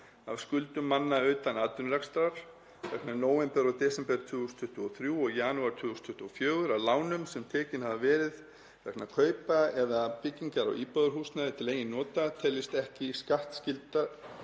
af skuldum manna utan atvinnurekstrar, vegna nóvember og desember 2023 og janúar 2024, af lánum sem tekin hafa verið vegna kaupa eða byggingar á íbúðarhúsnæði til eigin nota, teljist ekki til skattskyldra